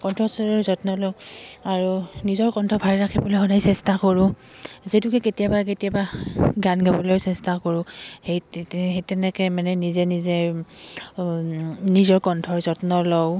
কণ্ঠস্বৰৰ যত্ন লওঁ আৰু নিজৰ কণ্ঠ ভালে ৰাখিবলৈ সদায় চেষ্টা কৰোঁ যিহেতুকে কেতিয়াবা কেতিয়াবা গান গাবলৈও চেষ্টা কৰোঁ সেই সেই তেনেকৈ মানে নিজে নিজে নিজৰ কণ্ঠৰ যত্ন লওঁ